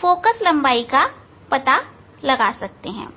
focal लंबाई का पता लगा सकते हैं